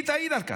היא תעיד על כך.